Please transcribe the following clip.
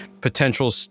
potential